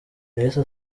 yahise